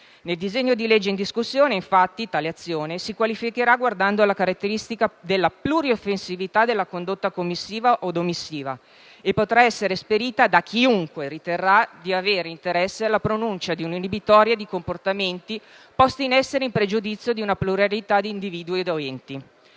Nel disegno di legge in discussione, infatti, tale azione si qualificherà guardando alla caratteristica della plurioffensività della condotta commissiva od omissiva e potrà essere esperita da chiunque riterrà di avere interesse alla pronuncia di un'inibitoria di comportamenti posti in essere in pregiudizio di una pluralità di individui o enti.